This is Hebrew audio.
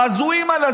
ההזויים האלה.